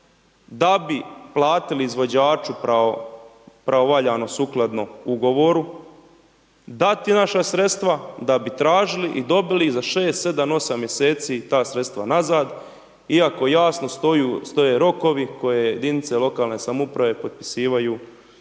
da bi platili izvođaču pravovaljano sukladno ugovoru, dati naša sredstva da bi tražili i dobili za 6, 7, 8 mjeseci ta sredstva nazad iako jasno stoje rokovi koje jedinice lokalne samouprave potpisuju